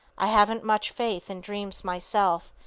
i haven't much faith in dreams myself,